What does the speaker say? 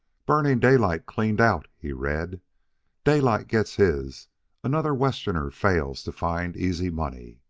burning daylight cleaned out, he read daylight gets his another westerner fails to find easy money.